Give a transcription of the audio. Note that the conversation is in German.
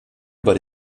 über